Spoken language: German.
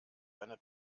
eine